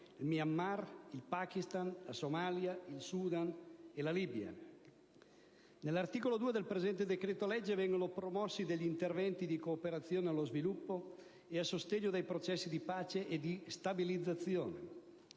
il Myanmar, il Pakistan, la Somalia, il Sudan e la Libia. Nell'articolo 2 del presente decreto-legge vengono promossi interventi di cooperazione allo sviluppo e a sostegno dei processi di pace e di stabilizzazione.